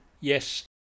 Yes